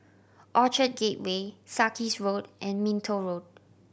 Orchard Gateway Sarkies Road and Minto Road